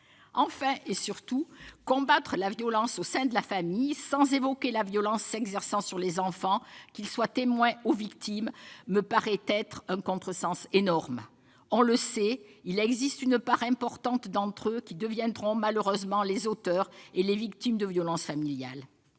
Enfin, et surtout, vouloir combattre la violence au sein de la famille sans évoquer celle qui s'exerce sur les enfants, qu'ils soient témoins ou victimes, me paraît un contresens énorme. On le sait, une part importante de ces enfants deviendront malheureusement des auteurs ou des victimes de violences familiales.